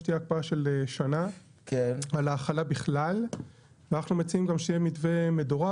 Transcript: שתהיה הקפאה של שנה על ההחלה בכלל ואנחנו מציעים גם שיהיה מתווה מדורג.